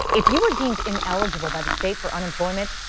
if you are deemed ineligible by the state for unemployment.